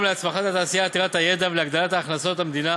להצמחת התעשייה עתירת הידע ולהגדלת הכנסות המדינה